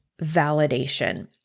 validation